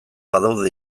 badaude